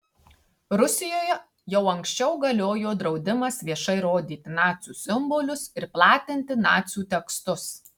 rusijoje jau anksčiau galiojo draudimas viešai rodyti nacių simbolius ir platinti nacių tekstus